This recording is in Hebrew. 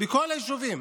בכל היישובים.